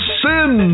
sin